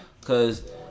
Cause